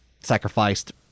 sacrificed